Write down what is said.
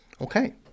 Okay